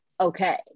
okay